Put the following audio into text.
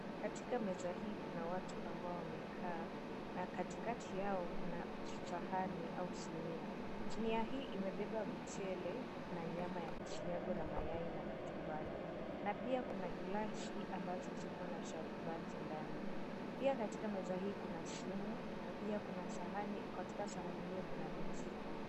Katika meza hii kuna watu ambao wamekaa, na katikati yao, kuna sahani au sinia. Sinia hii imebeba mchele na nyama ya kusagwa na mayai na kachumbari, na pia kuna glasi ambazo ziko na sharubati ndani. Pia katika meza hii kuna simu, na pia kuna sahani. Katika sahani hiyo kuna vijiko.